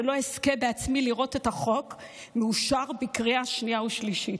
ולא אזכה לראות בעצמי את החוק מאושר בקריאה שנייה ושלישית.